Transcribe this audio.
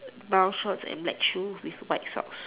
brown shorts with black shoes and white socks